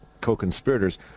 co-conspirators